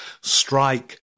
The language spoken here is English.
strike